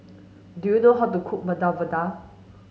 do you know how to cook Medu Vada